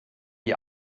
die